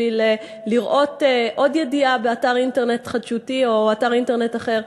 או בשביל לראות עוד ידיעה באתר אינטרנט חדשותי או אתר אינטרנט אחר.